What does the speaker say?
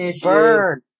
Burn